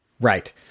Right